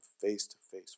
face-to-face